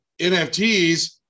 NFTs